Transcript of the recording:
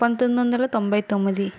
పంతొమ్మిది వందల తొంభై తొమ్మిది